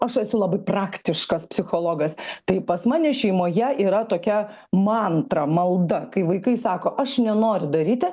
aš esu labai praktiškas psichologas tai pas mane šeimoje yra tokia mantra malda kai vaikai sako aš nenoriu daryti